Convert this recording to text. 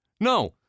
No